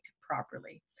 properly